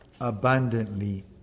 abundantly